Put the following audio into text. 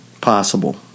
possible